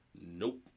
Nope